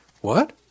What